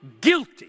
guilty